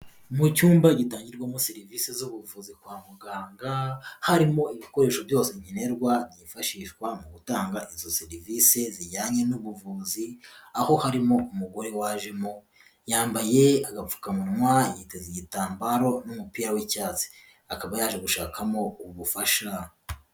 Mu cyumba gitangirwamo serivise z'ubuvuzi kwa muganga, harimo ibikoresho byose nkenerwa byifashishwa mu gutanga izo serivise zijyanye n'ubuvuzi, aho harimo umugore wajemo yambaye agapfukamunwa yiteze igitambaro n'umupira w'icyatsi, akaba yaje gushakamo ubufasha.